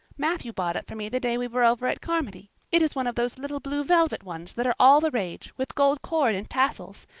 matthew bought it for me the day we were over at carmody. it is one of those little blue velvet ones that are all the rage, with gold cord and tassels.